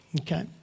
Okay